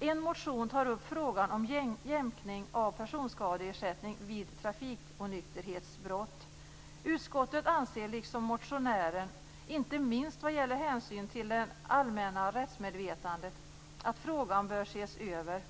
En motion tar upp frågan om jämkning av personskadeersättning vid trafikonykterhetsbrott. Utskottet anser liksom motionären, inte minst vad gäller hänsynen till det allmänna rättsmedvetandet, att frågan bör ses över.